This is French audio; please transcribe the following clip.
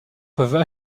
peuvent